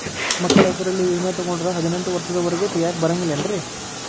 ಮಕ್ಕಳ ಹೆಸರಲ್ಲಿ ವಿಮೆ ತೊಗೊಂಡ್ರ ಹದಿನೆಂಟು ವರ್ಷದ ಒರೆಗೂ ತೆಗಿಯಾಕ ಬರಂಗಿಲ್ಲೇನ್ರಿ?